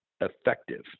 effective